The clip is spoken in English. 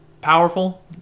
powerful